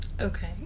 Okay